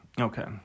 Okay